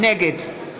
נגד